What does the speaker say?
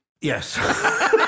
Yes